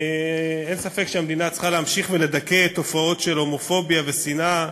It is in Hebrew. אין ספק שהמדינה צריכה להמשיך ולדכא תופעות של הומופוביה ושנאה,